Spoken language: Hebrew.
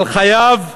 על חייו,